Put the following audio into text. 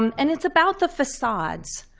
um and it's about the facades,